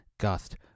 gust